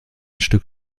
stück